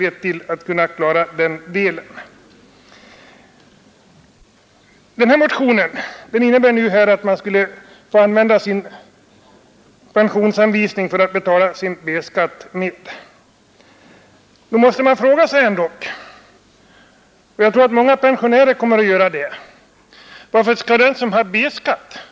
Herr Ringabys m.fl. motion innebär att man skulle få använda sin pensionsanvisning för att betala sin B-skatt. Då måste vi fråga oss — och jag tror att många pensionärer kommer att göra det — varför den som har B-skatt skall